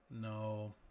no